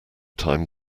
time